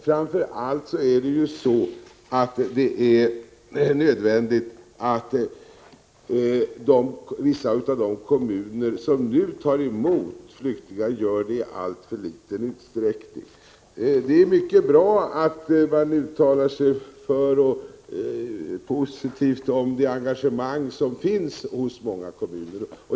Framför allt är det nödvändigt att ändra på det förhållandet att vissa av de kommuner som nu tar emot flyktingar gör det i alltför liten utsträckning. Det är mycket bra att man uttalar sig positivt om det engagemang som finns hos många kommuner.